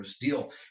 deal